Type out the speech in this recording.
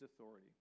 authority